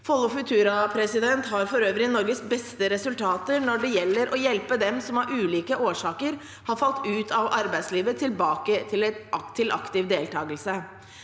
Follo Futura har for øvrig Norges beste resultater når det gjelder å hjelpe dem som av ulike årsaker har falt ut av arbeidslivet, tilbake til aktiv deltakelse.